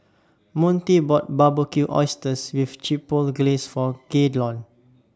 Montie bought Barbecued Oysters with Chipotle Glaze For Gaylon